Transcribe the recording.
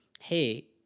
hey